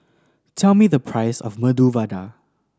tell me the price of Medu Vada